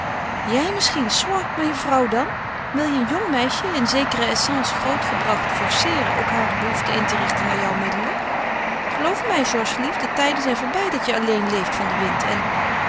jij misschien soit maar je vrouw dan wil je een jong meisje in zekere aisance groot gebracht forceeren ook hare behoeften in te richten naar jouw middelen geloof mij georgeslief de tijden zijn voorbij dat je alleen leeft van den wind en